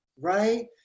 Right